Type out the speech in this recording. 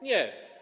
Nie.